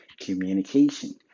communication